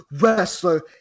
wrestler